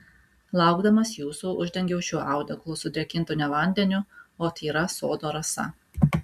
laukdamas jūsų uždengiau šiuo audeklu sudrėkintu ne vandeniu o tyra sodo rasa